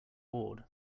bored